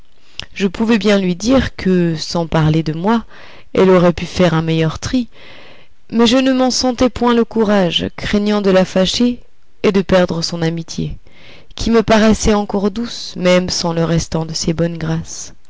je pouvais bien lui dire que sans parler de moi elle aurait pu faire un meilleur tri mais je ne m'en sentais point le courage craignant de la fâcher et de perdre son amitié qui me paraissait encore douce même sans le restant de ses bonnes grâces